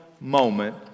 moment